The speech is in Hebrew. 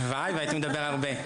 הלוואי שהייתי מדבר הרבה,